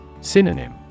Synonym